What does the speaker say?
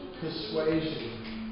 persuasion